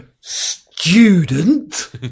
student